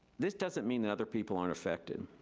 this doesn't mean and other people aren't affected,